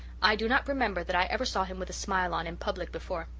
i do not remember that i ever saw him with a smile on in public before.